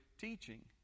teaching